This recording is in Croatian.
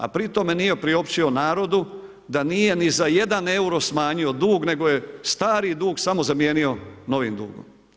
A pri tome nije priopćio narodu da nije ni za jedan euro smanjio dug nego je stari dug samo zamijenio novim dugom.